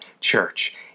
church